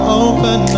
open